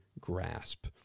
grasp